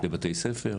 לבתי ספר,